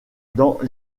dans